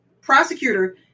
prosecutor